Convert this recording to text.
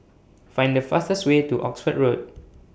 Find The fastest Way to Oxford Road